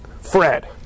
Fred